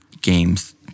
games